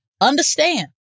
understand